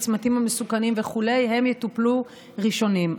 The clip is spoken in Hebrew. הצמתים המסוכנים וכו' הם יטופלו ראשונים.